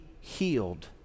healed